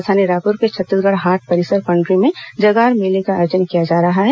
राजधानी रायपुर के छत्तीसगढ़ हाट परिसर पंडरी में जगार मेला का आयोजन किया जा रहा है